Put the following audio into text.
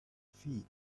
feet